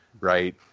right